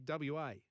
WA